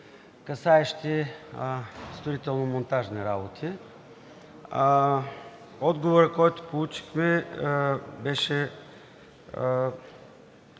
касаещи строително-монтажни работи. Отговорът, който получихме, беше